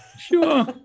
Sure